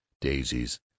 daisies